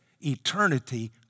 eternity